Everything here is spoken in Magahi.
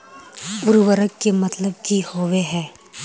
उर्वरक के मतलब की होबे है?